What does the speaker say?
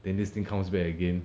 then this thing comes back again